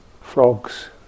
frogs